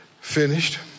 finished